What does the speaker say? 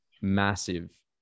massive